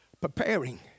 Preparing